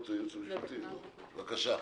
בבקשה.